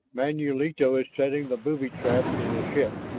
manulito is setting the booby trap in the ship.